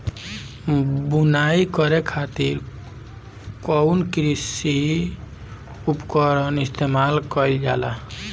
बुआई करे खातिर कउन कृषी उपकरण इस्तेमाल कईल जाला?